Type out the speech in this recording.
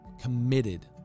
committed